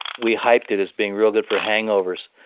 we hyped it as being real good for hangovers,